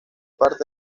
parte